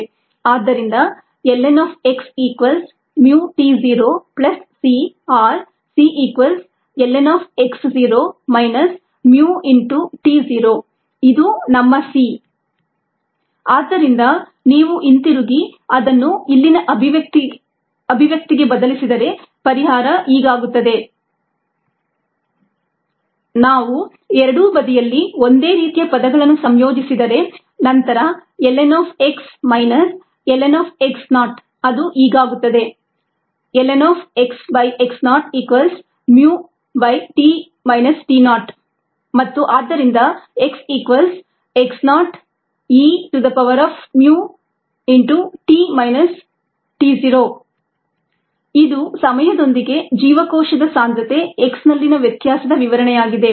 ಆದ್ದರಿಂದ ln of x equals mu t zero plus c or c equals ln of x zero minus mu into t zero ಇದು ನಮ್ಮ c ln x0 μt0c ಆದ್ದರಿಂದ ನೀವು ಹಿಂದಿರುಗಿ ಅದನ್ನು ಇಲ್ಲಿನ ಅಭಿವ್ಯಕ್ತಿಗೆ ಬದಲಿಸಿದರೆ ಪರಿಹಾರ ಹೀಗಾಗುತ್ತದೆ ln x μtln x0 μt0 ನಾವು ಎರಡೂ ಬದಿಯಲ್ಲಿ ಒಂದೇ ರೀತಿಯ ಪದಗಳನ್ನು ಸಂಯೋಜಿಸಿದರೆ ನಂತರ ln of x minus ln of x naught ಅದು ಹೀಗಾಗುತ್ತದೆ ln xx0μt t0 ಮತ್ತು ಆದ್ದರಿಂದ x equals xx0eμt t0 ಇದು ಸಮಯದೊಂದಿಗೆ ಜೀವಕೋಶದ ಸಾಂದ್ರತೆ x ನಲ್ಲಿನ ವ್ಯತ್ಯಾಸದ ವಿವರಣೆಯಾಗಿದೆ